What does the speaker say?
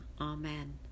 amen